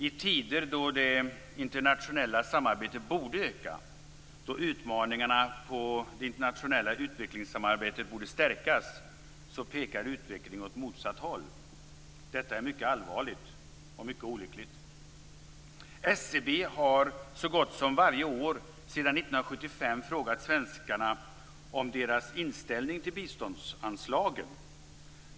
I tider då det internationella samarbetet borde öka och det internationella utvecklingssamarbetet borde stärkas pekar utvecklingen åt motsatt håll. Detta är mycket allvarligt och mycket olyckligt. SCB har så gott som varje år sedan 1975 frågat svenskarna om deras inställning till biståndsanslagen.